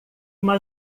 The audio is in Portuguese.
uma